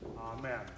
Amen